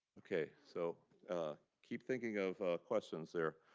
ok, so keep thinking of questions there.